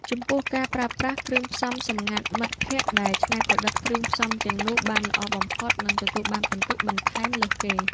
ចំពោះការប្រើប្រាស់ គ្រឿងផ្សំសម្ងាត់ មិត្តភក្តិដែលច្នៃប្រឌិតគ្រឿងផ្សំទាំងនោះបានល្អបំផុតនឹងទទួលបានពិន្ទុបន្ថែមលើសគេ។